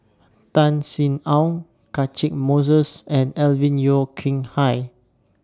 Tan Sin Aun Catchick Moses and Alvin Yeo Khirn Hai